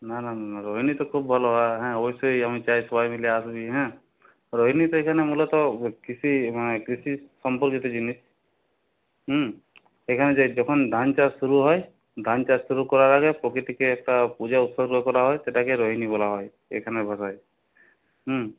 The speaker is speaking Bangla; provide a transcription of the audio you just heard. না না না না না রোহিণী তো খুব ভালো হয় হ্যাঁ অবশ্যই আমি চাই সবাই মিলে আসবি হ্যাঁ রোহিণী তো এখানে মূলত কৃষি মানে কৃষি সম্পর্কিত জিনিস হুম এখানে যে যখন ধান চাষ শুরু হয় ধান চাষ শুরু করার আগে প্রকৃতিকে একটা পুজা উৎসর্গ করা হয় সেটাকে রোহিণী বলা হয় এখানে বলা হয় হুম